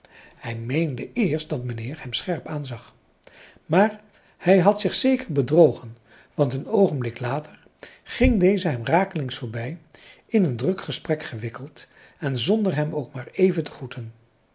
hij meende eerst dat mijnheer hem scherp aanzag maar hij had zich zeker bedrogen want een oogenblik later ging deze hem rakelings voorbij in een druk gesprek gewikkeld en zonder hem ook maar even te groeten